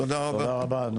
תודה רבה.